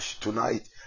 Tonight